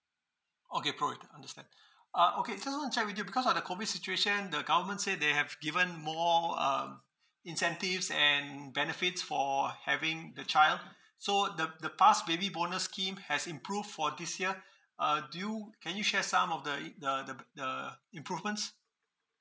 okay pro rated understand uh okay just want to check with you because of the COVID situation the government say they have given more um incentives and benefits for having the child so the the past baby bonus scheme has improve for this year uh do you can you share some of the in~ the the b~ the improvements